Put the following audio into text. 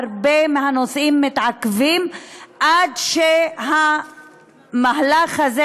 והרבה מהנושאים מתעכבים עד שהמהלך הזה